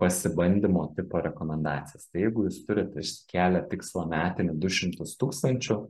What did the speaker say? pasibandymo tipo rekomendacijas tai jeigu jūs turit išsikėlę tikslą metinį du šimtus tūkstančių